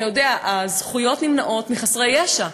אתה יודע, הזכויות נמנעות מחסרי ישע.